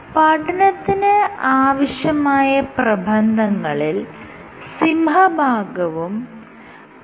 പഠനത്തിന് ആവശ്യമായ പ്രബന്ധങ്ങളിൽ സിംഹഭാഗവും pubmed